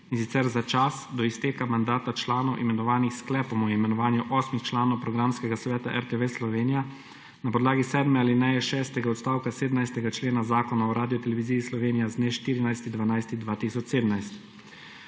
in sicer za čas do izteka mandata članov, imenovanih s sklepom o imenovanju osmih članov Programskega sveta RTV Slovenija na podlagi sedme alineje šestega odstavka 17. člena Zakona o Radioteleviziji Slovenija z dne 14. 12. 2017.